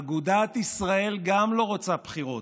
גם אגודת ישראל לא רוצה בחירות.